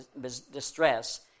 distress